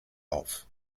auf